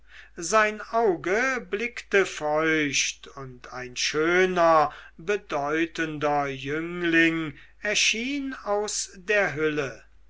sein auge blickte feucht und ein schöner bedeutender jüngling erschien aus der hülle